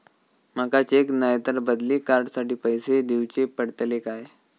माका चेक नाय तर बदली कार्ड साठी पैसे दीवचे पडतले काय?